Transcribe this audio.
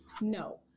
No